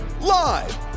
live